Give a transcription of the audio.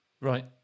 Right